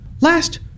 Last